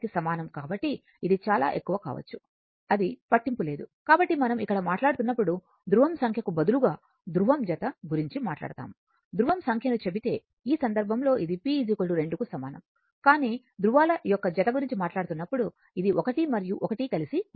కాబట్టి ఇది చాలా ఎక్కువ కావచ్చు అది పట్టింపు లేదు కాబట్టి మనం ఇక్కడ మాట్లాడుతున్నప్పుడు ధృవం సంఖ్యకు బదులుగా ధృవం జత గురుంచి మాట్లాడుతాము ధృవం సంఖ్యను చెబితే ఈ సందర్భంలో ఇది p 2 కు సమానం కానీ ధృవాల యొక్క జత గురించి మాట్లాడుతున్నప్పుడు ఇది 1 మరియు 1 కలిసి ఉంటుంది